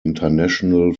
international